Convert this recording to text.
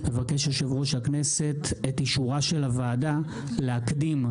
יושב ראש הכנסת מבקש את אישורה של הוועדה לקבוע